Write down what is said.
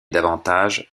davantage